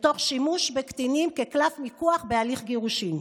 ותוך שימוש בקטינים כקלף מיקוח בהליך גירושין.